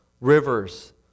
rivers